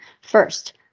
first